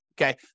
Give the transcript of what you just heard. okay